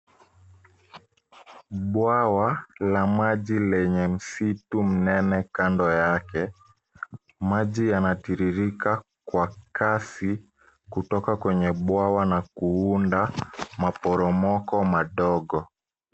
Bwawa la maji lenye msitu mnene kando yake. Maji yanatirirka kwa kasi kutoka kwenye bwawa na kuunda maporomoko madogo.